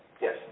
Yes